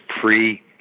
pre